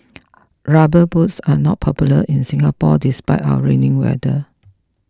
rubber boots are not popular in Singapore despite our rainy weather